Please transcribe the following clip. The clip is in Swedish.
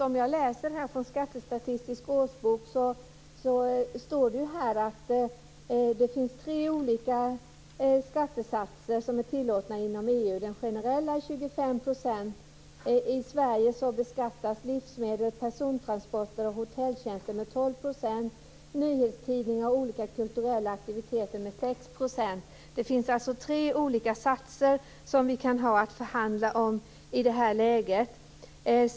När jag läser i Skattestatistisk årsbok ser jag att det står att det finns tre olika skattesatser som är tillåtna inom EU. Den generella är 25 %. I Sverige beskattas livsmedel, persontransporter och hotelltjänster med 12 % och nyhetstidningar och olika kulturella aktiviteter med 6 %. Det finns alltså tre olika satser som vi kan förhandla om i det här läget.